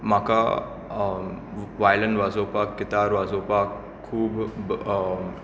म्हाका वायलन वाजोवपाक गिटार वाजोवपाक खूब